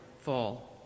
fall